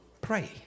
pray